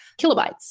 kilobytes